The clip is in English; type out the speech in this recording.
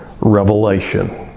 revelation